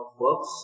works